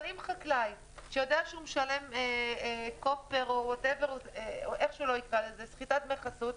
אבל אם חקלאי שיודע שהוא משלם כופר או סחיטת דמי חסות,